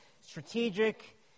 strategic